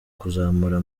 kuzamura